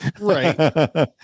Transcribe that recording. right